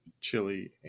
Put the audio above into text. chili